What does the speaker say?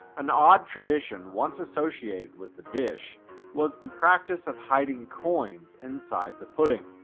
an odd tradition once associated with the dish was the practice of hiding coins inside the pudding.